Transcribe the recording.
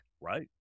Right